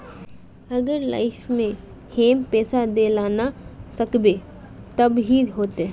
अगर लाइफ में हैम पैसा दे ला ना सकबे तब की होते?